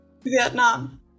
Vietnam